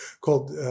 called